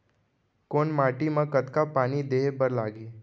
कोन माटी म कतका पानी देहे बर परहि?